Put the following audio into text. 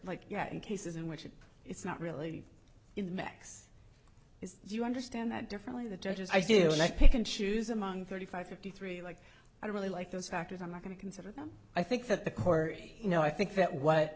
like yeah in cases in which it's not really in the max you understand that differently the judges i do not pick and choose among thirty five fifty three like i really like those factors i'm not going to consider them i think that the court you know i think that what